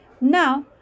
Now